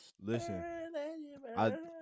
Listen